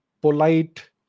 polite